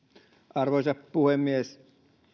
arvoisa puhemies